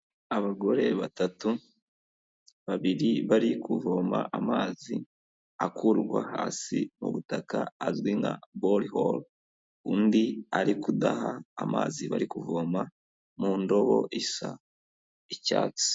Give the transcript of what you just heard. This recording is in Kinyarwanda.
Abagore batatu, babiri bari kuvoma amazi akurwa hasi mu butaka, azwi nka bori horu, undi ari kudaha amazi bari kuvoma mu ndobo isa icyatsi.